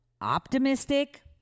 optimistic